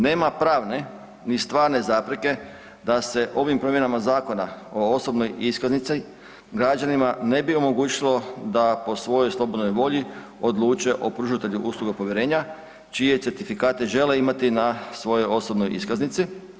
Nema pravne ni stvarne zapreke da se ovim promjenama Zakona o osobnoj iskaznici građanima ne bi omogućilo da po svojoj slobodnoj volji odluče o pružatelju usluga povjerenja čije certifikate žele imati na svojoj osobnoj iskaznici.